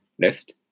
left